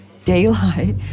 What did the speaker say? daylight